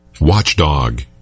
Watchdog